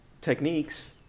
techniques